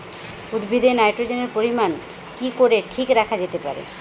উদ্ভিদে নাইট্রোজেনের পরিমাণ কি করে ঠিক রাখা যেতে পারে?